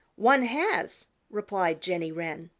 one has, replied jenny wren.